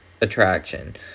attraction